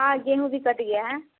हाँ गेहूँ भी कट गया है